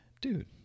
dude